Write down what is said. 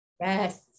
Yes